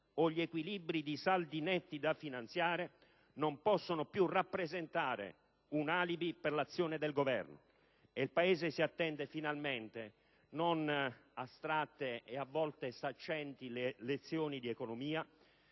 o gli equilibri dei saldi netti da finanziare non possono più rappresentare un alibi per l'azione del Governo. Il Paese si attende non astratte e a volte saccenti lezioni di economia,